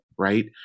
Right